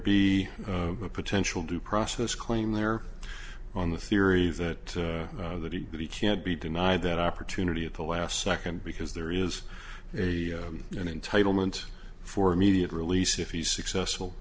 be a potential due process claim there on the theory that that he that he can't be denied that opportunity at the last second because there is a an entitlement for immediate release if he's successful